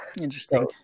Interesting